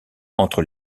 entre